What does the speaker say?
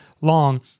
long